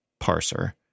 parser